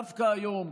דווקא היום,